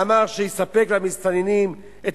אמר שיספק למסתננים את